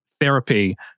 Therapy